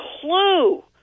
clue